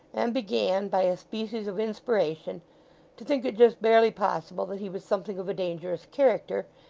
and began by a species of inspiration to think it just barely possible that he was something of a dangerous character,